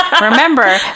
remember